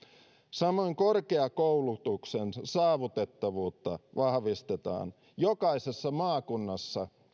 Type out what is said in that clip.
samoin korkeakoulutuksen saavutettavuutta vahvistetaan jokaisessa maakunnassa